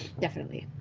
definitely.